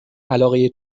علاقه